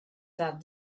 that